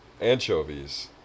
anchovies